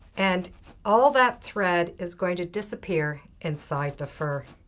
and all that thread is going to disappear inside the fur.